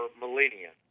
millennia